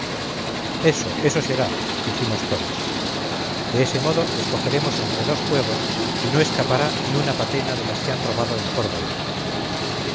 eso eso será dijimos todos de ese modo les cogeremos entre dos fuegos y no escapará ni una patena de las que han robado en córdoba